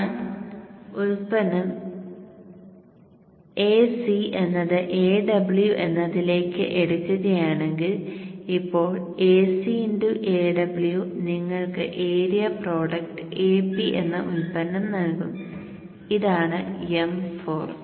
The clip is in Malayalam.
ഞാൻ ഉൽപ്പന്നം Ac എന്നത് Aw എന്നതിലേക്ക് എടുക്കുകയാണെങ്കിൽ ഇപ്പോൾ Ac Aw നിങ്ങൾക്ക് ഏരിയ പ്രോഡക്റ്റ് Ap എന്ന ഉൽപ്പന്നം നൽകും ഇതാണ് m4